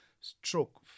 stroke